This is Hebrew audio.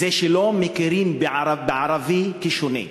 זה שלא מכירים בערבי כשונה.